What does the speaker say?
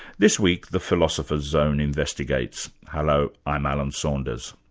this week, the philosopher's zone investigates. hello, i'm alan saunders.